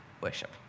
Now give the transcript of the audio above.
worship